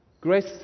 Grace